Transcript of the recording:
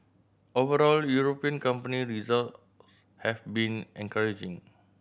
overall European company result have been encouraging